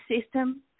system